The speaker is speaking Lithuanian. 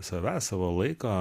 savęs savo laiko